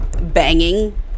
banging